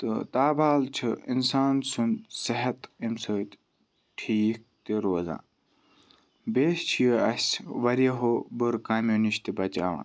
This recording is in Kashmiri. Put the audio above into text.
تہٕ تابال چھُ اِنسان سُنٛد صحت اَمہِ سۭتۍ ٹھیٖک تہِ روزان بیٚیہِ چھِ اَسہِ واریَہو بُرٕ کامیو نِش تہِ بَچاوان